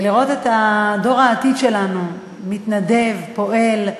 לראות את דור העתיד שלנו מתנדב, פועל,